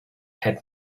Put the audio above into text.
had